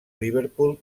liverpool